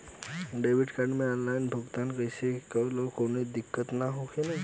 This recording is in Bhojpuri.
डेबिट कार्ड से ऑनलाइन भुगतान कइले से काउनो दिक्कत ना होई न?